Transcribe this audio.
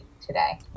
today